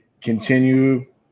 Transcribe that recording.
continue